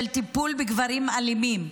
טיפול בגברים אלימים.